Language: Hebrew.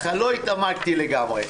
לא התעמקתי לגמרי,